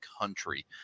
country